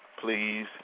please